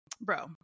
bro